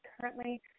currently